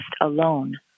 alone